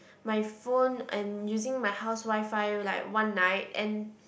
my phone and using my house Wi-Fi like one night and